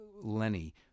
Lenny